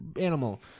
animal